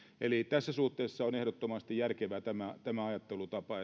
eli tässä suhteessa on ehdottomasti järkevä tämä ajattelutapa